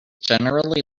generally